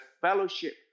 fellowship